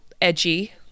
edgy